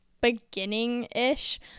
beginning-ish